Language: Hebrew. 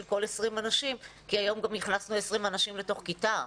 20 אנשים כי היום גם הכנסנו 20 ילדים לתוך כיתה.